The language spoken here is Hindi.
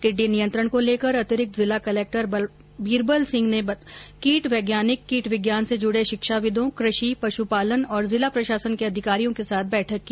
टिड्डी नियंत्रण को लेकर अतिरिक्त जिला कलक्टर बीरबलसिंह ने कीट वैज्ञानिक कीटविज्ञान से जुडे शिक्षाविदों कृषि पशुपालन और जिला प्रशासन के अधिकारियो के साथ बैठक की